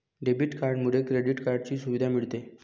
debit कार्डमुळे credit कार्डची सुविधा मिळते